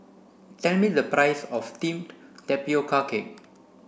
me the price of teamed tapioca cake